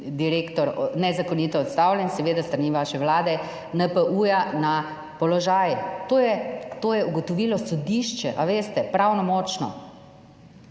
direktor nezakonito odstavljen seveda s strani vaše Vlade, NPU-ja na položaj. To je ugotovilo sodišče. Ali veste, pravnomočno?